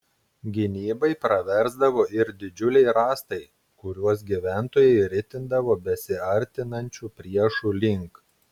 gynybai praversdavo ir didžiuliai rąstai kuriuos gyventojai ritindavo besiartinančių priešų link